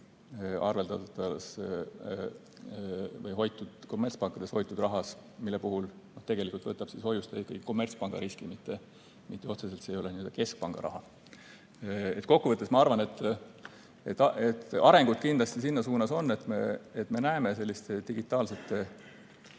arveldatud või kommertspankades hoitud rahas, mille puhul tegelikult võtab hoiustaja kommertspanga riski, mitte otseselt see ei ole n-ö keskpanga raha. Kokkuvõttes, ma arvan, et arengud kindlasti sinna suunas on, et me näeme digitaalsete